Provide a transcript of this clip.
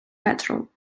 petrol